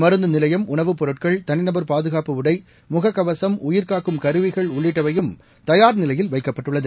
மருந்துநிலையம் உணவுப் பொருட்கள் தளிநபர் பாதுகாப்பு உடை முகக்கவசம் உயிர்க்காக்கும் கருவிகள் உள்ளிட்டவையும் தயார் நிலையில் வைக்கப்பட்டுள்ளது